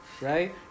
right